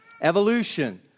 evolution